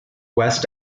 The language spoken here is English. west